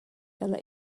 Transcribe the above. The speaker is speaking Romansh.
dalla